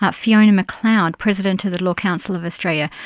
but fiona mcleod, president of the law council of australia,